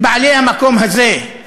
הם בעלי המקום הזה.